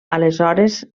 aleshores